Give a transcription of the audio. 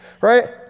Right